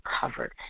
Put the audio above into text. covered